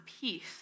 peace